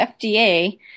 FDA